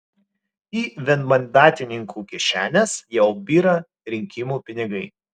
į vienmandatininkų kišenes jau byra rinkimų pinigai